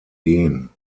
gehen